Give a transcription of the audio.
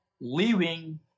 Living